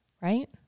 Right